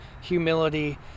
humility